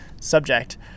subject